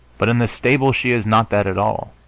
but in the stable she is not that at all,